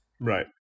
right